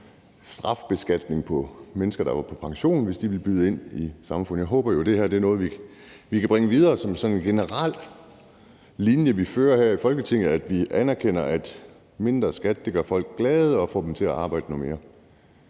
strafbeskatning for mennesker, der er på pension, hvis de vil byde ind i samfundet. Jeg håber jo, at det her er noget, vi kan bringe videre som sådan en generel linje, vi fører her i Folketinget, nemlig at vi anerkender, at mindre skat gør folk glade og får dem til at arbejde noget mere.